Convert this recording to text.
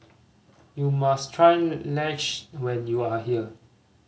you must try Lasagne when you are here